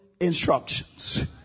instructions